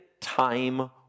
time